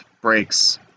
breaks